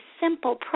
simple